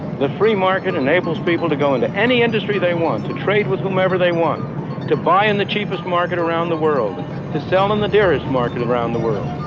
the free market enables people to go into any industry they want to trade with whomever they want to buy in the cheapest market around the world to sell in the dearest market around the world.